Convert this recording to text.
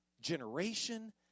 Generation